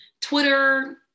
twitter